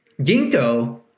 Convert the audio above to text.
ginkgo